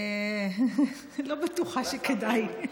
אני לא בטוחה שכדאי.